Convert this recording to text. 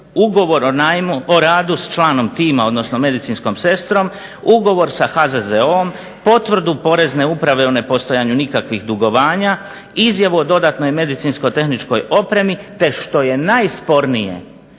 ugovor o radu s članom tima odnosno medicinskom sestrom, ugovor sa HZZO-om, potvrdu Porezne uprave o nepostojanju nikakvih dugovanja, izjavu o dodatnoj medicinsko-tehničkoj opremi, te što je najspornije